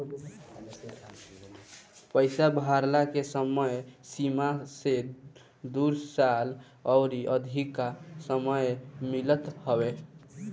पईसा भरला के समय सीमा से दू साल अउरी अधिका समय मिलत हवे